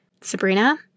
Sabrina